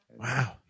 Wow